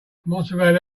mozzarella